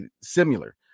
similar